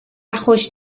خوش